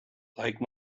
like